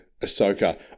Ahsoka